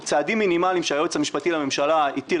צעדים מינימליים שהיועץ המשפטי לממשלה התיר